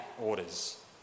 orders